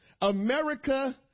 America